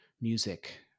music